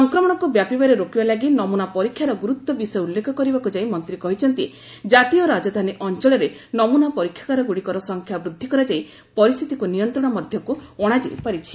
ସଂକ୍ରମଣକୁ ବ୍ୟାପିବାରେ ରୋକିବା ଲାଗି ନମୁନା ପରୀକ୍ଷାର ଗୁରୁତ୍ୱ ବିଷୟ ଉଲ୍ଲେଖ କରିବାକୁ ଯାଇ ମନ୍ତ୍ରୀ କହିଛନ୍ତି ଜାତୀୟ ରାଜଧାନୀ ଅଞ୍ଚଳରେ ନମୁନା ପରୀକ୍ଷାଗାରଗୁଡ଼ିକର ସଂଖ୍ୟା ବୃଦ୍ଧି କରାଯାଇ ପରିସ୍ଥିତିକ୍ ନିୟନ୍ତ୍ରଣ ମଧ୍ୟକ୍ତ ଅଣାଯାଇପାରିଛି